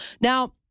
Now